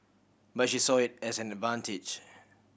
but she saw it as an advantage